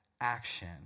action